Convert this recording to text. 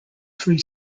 free